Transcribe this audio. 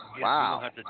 Wow